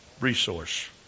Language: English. resource